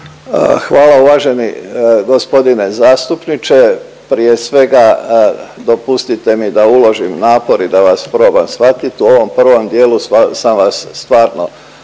Hvala uvaženi g. zastupniče, prije svega dopustite mi da uložim napor i da vas probam shvatit, u ovom prvom dijelu sam vas stvarno